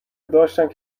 داشتند